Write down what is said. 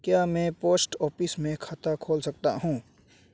क्या मैं post office में खाता खोल सकता हूँ?